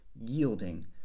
yielding